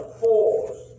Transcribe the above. force